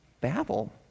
Babel